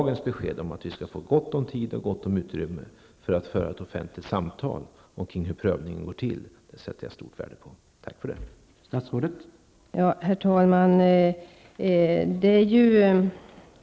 Dagens besked om att vi skall få mycket tid på oss och stort utrymme för att föra ett offentligt samtal om prövningen sätter jag stort värde på. Tack för det!